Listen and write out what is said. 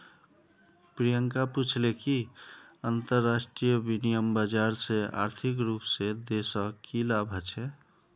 प्रियंका पूछले कि अंतरराष्ट्रीय विनिमय बाजार से आर्थिक रूप से देशक की लाभ ह छे